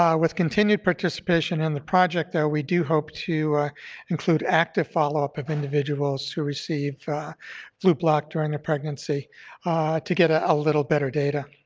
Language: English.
um with continued participation in the project, though, we do hope to include active follow-up with individuals who receive flublok during a pregnancy to get ah a little better data.